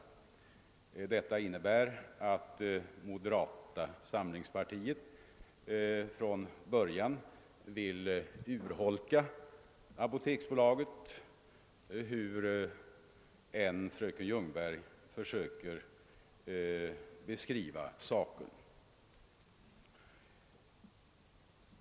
Moderata samlingspartiet önskar sålunda från början urholka apoteksbolaget, hur fröken Ljungberg än försöker beskriva saken.